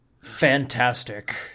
fantastic